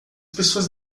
pessoas